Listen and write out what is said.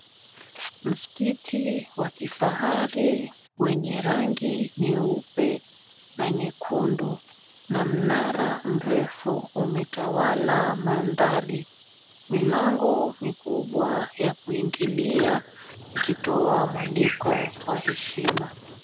Msikiti wa kifahari wenye rangi nyeupe na nyekundu na mnara mrefu umetawala mandhari. Milango mikubwa ya kuingilia ikitoa mualiko wa heshima.